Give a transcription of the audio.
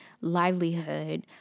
livelihood